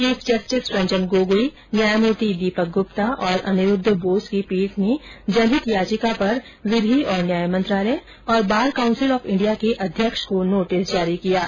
chief justice Ranjan Gogoi न्यायमूर्ति दीपक गुप्ता और अनिरूद्व बोस की पीठ ने जनहित याचिका पर विधि एवं न्याय मंत्रालय बार काउंसिल ऑफ इंडिया के अध्यक्ष को नोटिस जारी किया है